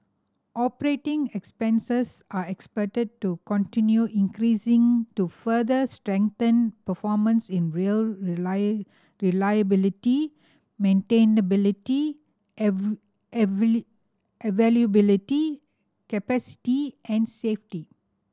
operating expenses are expected to continue increasing to further strengthen performance in rail reliability maintainability availability capacity and safety